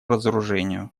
разоружению